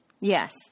Yes